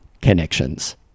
connections